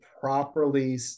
properly